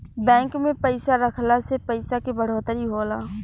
bank में पइसा रखला से पइसा के बढ़ोतरी होला